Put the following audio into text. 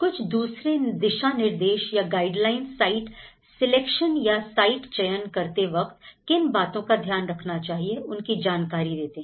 कुछ दूसरी दिशा निर्देश या गाइडलाइंस साइट सिलेक्शन या साइट चयन करते वक्त किन बातों का ध्यान रखना चाहिए उनकी जानकारी देते हैं